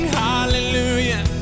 hallelujah